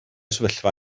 sefyllfa